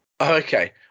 Okay